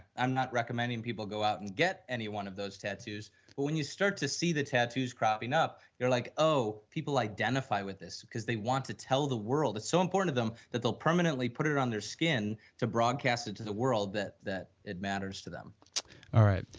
i'm not recommending people to go out and get any one of those tattoos or when you start to see the tattoos cropping up, you are like, oh, people identify with this, because they want to tell the world that's so important to them that they'll permanently put it it on their skin to broadcast it to the world that that it matters to them all right.